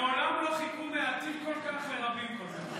מעולם לא חיכו מעטים כל כך לרבים כל כך.